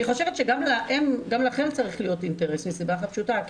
אני חושבת שכם לכם צריך להיות אינטרס מסיבה אחת פשוטה,